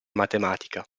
matematica